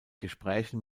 gesprächen